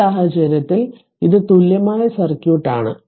ഈ സാഹചര്യത്തിൽ ഇത് തുല്യമായ സർക്യൂട്ട് ആണ്